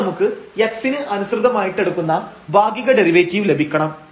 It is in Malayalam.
അതിന് നമുക്ക് x ന് അനുസൃതമായിട്ടെടുക്കുന്ന ഭാഗിക ഡെറിവേറ്റീവ് ലഭിക്കണം